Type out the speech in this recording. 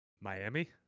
Miami